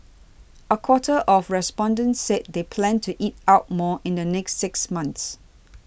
a quarter of respondents said they plan to eat out more in the next six months